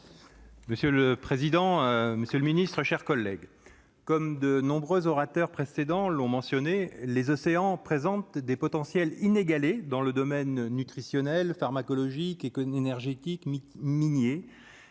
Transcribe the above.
Monsieur le président, Monsieur le Ministre, chers collègues, comme de nombreux orateurs précédents l'ont mentionné les océans présentent des potentiels inégalée dans le domaine nutritionnel pharmacologique et que énergétique minier,